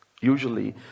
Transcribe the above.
usually